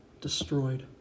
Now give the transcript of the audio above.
destroyed